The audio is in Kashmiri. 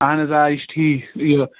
اَہن آ یہِ چھِ ٹھیٖک یہِ